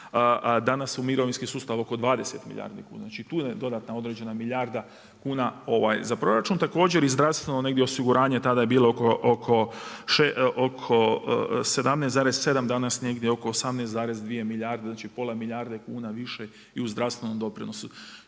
danas u mirovinski sustav oko 20 milijardi kuna, znači tu je dodatna određena milijarda kuna za proračun. Također i zdravstveno osiguranje tada je bilo oko 17,7 danas negdje oko 18,2 milijarde, znači pola milijarde kuna više i u zdravstvenom doprinosu.